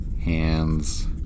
hands